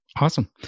awesome